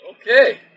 Okay